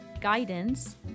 guidance